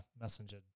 messenger